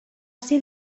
ser